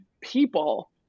people